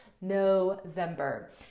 November